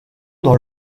dans